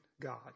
God